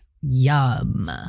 yum